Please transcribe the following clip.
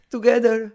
Together